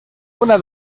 una